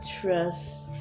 trust